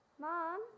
Mom